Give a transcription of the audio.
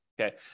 okay